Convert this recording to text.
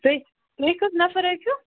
تُہۍ تُہۍ کٔژ نَفَر ٲسِو